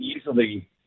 easily